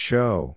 Show